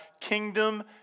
kingdom